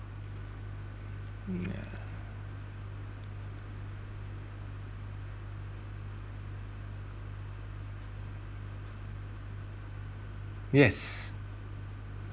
yeah yes